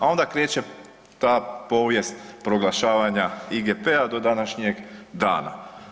A onda kreće ta povijest proglašavanja IGP-a do današnjeg dana.